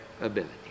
ability